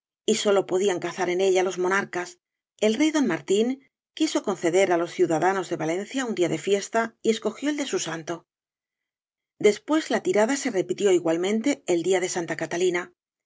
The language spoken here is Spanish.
y sólo podían cazar en ella los monarcas el rey don martín quiso conceder á los ciudadanos de valencia un día de fiesta y escogió el de su santo después la tirada se repitió igualmente el día de santa catalina